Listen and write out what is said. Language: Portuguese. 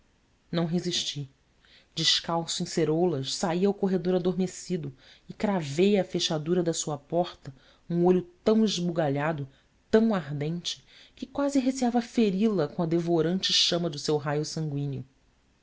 não resisti descalço em ceroulas saí ao corredor adormecido e cravei à fechadura da sua porta um olho tão esbugalhado tão ardente que quase receava feri la com a devorante chama do seu raio sangüíneo